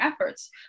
efforts